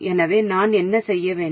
எனவே நான் என்ன செய்ய வேண்டும்